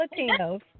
Latinos